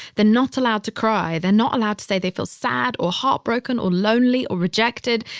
they're not allowed to cry. they're not allowed to say they feel sad or heartbroken or lonely or rejected.